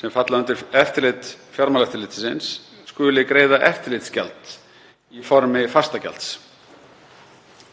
sem falla undir eftirlit Fjármálaeftirlitsins skuli greiða eftirlitsgjald í formi fastagjalds.